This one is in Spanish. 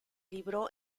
libró